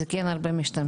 בזה הרבה משתמשים.